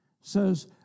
says